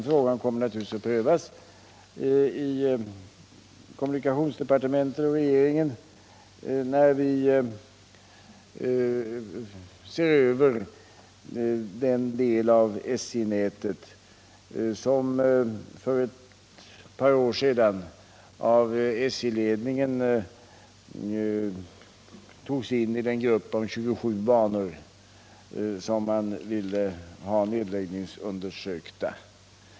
Frågan kommer naturligtvis att prövas i kommunikationsdepartementet och av regeringen när vi ser över den del av SJ-nätet som för ett par år sedan av SJ ledningen togs in i den grupp om 27 banor som man ville ha nedläggningsundersökta.